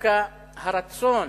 שדווקא הרצון